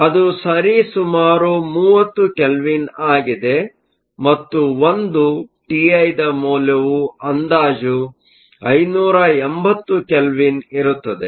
ಅದು ಸರಿಸುಮಾರು 30 ಕೆಲ್ವಿನ್ ಆಗಿದೆ ಮತ್ತು ಒಂದು ಟಿಐ ದ ಮೌಲ್ಯವು ಅಂದಾಜು 580ಕೆಲ್ವಿನ್ಇರುತ್ತದೆ